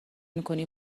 میکنی